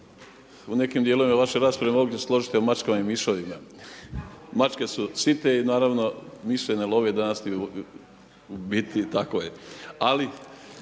u nekim dijelovima vaše rasprave mogli složiti o mačkama i miševima, mačke su site i naravno …/nerazumljivo/… tako je,